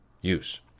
use